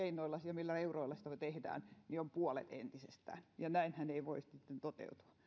keinoilla ja millä euroilla me sitä teemme on puolet entisestä ja näinhän ei voi toteutua